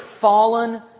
fallen